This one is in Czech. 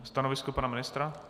Stanovisko pana ministra?